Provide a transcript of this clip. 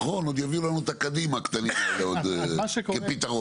עוד יביאו לנו את הכדים הקטנים האלה כפתרון.